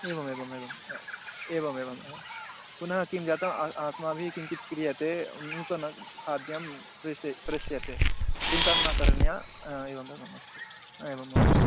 एवमेवम् एवं हा एवमेवम् एवं पुनः किं जातम् अस्माभिः किञ्चित् क्रियते नूतनखाद्यं प्रेष् प्रेष्यते चिन्ता न करणीया हा एवमेवम् एव हा एवं महोदये